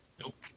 Nope